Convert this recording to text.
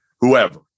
whoever